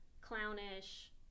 clownish